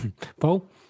paul